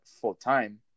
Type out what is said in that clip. full-time